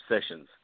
Sessions